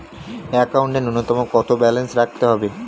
একাউন্টে নূন্যতম কত ব্যালেন্স রাখতে হবে?